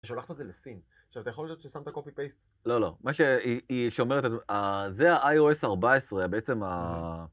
ושולחת את זה לסין, עכשיו אתה יכול לזהות ששמת קופי פייסט? לא לא, מה שהיא שומעת, זה ה-iOS 14, בעצם ה...